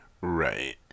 Right